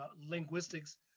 linguistics